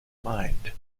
mind